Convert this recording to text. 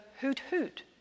hoot-hoot